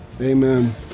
Amen